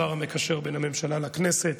השר המקשר בין הממשלה לכנסת,